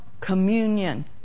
communion